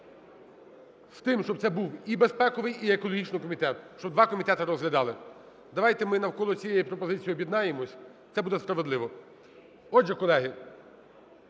з тим, щоб це був і безпековий, і екологічний комітет, щоб два комітети розглядали. Давайте ми навколо цієї пропозиції об'єднаємося, це буде справедливо. Отже, колеги,